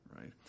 right